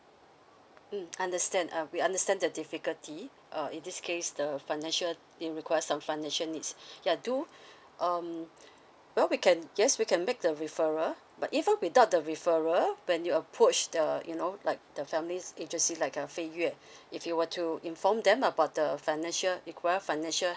mm understand uh we understand the difficulty uh in this case the financial you require some financial needs ya do um well we can yes we can make the referral but even without the referral when you approach the you know like the families agency like a fei yue if you were to inform them about the financial require financial